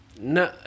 no